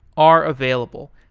are available.